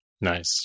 Nice